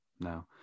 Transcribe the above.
no